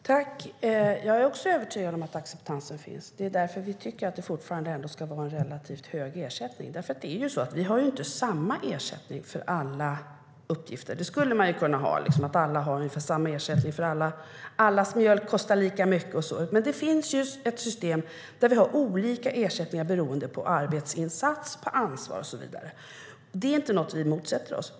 Herr talman! Jag är också övertygad om att acceptansen finns. Det är därför vi ändå tycker att det fortfarande ska vara en relativt hög ersättning. Vi har inte samma ersättning för alla uppgifter. Det skulle man kunna ha: Alla har ungefär samma ersättning - allas mjölk kostar lika mycket. Men det finns ett system där vi har olika ersättningar beroende på arbetsinsats, ansvar och så vidare. Det är inte något vi motsätter oss.